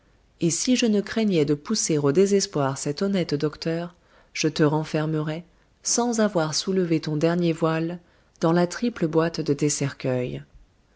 et si je ne craignais de pousser au désespoir cet honnête docteur je te renfermerais sans avoir soulevé ton dernier voile dans la triple boîte de tes cercueils